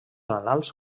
annals